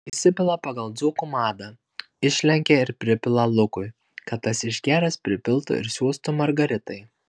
įsipila pagal dzūkų madą išlenkia ir pripila lukui kad tas išgėręs pripiltų ir siųstų margaritai